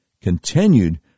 continued